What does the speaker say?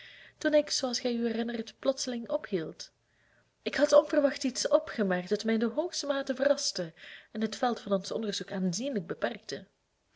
toen ik zooals gij u herinnert plotseling ophield ik had onverwachts iets opgemerkt dat mij in de hoogste mate verraste en het veld van ons onderzoek aanzienlijk beperkte